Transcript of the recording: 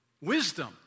Wisdom